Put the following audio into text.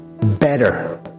better